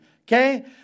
Okay